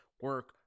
Work